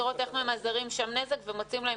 לראות איך ממזערים שם נזק ומוצאים להם